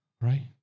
Right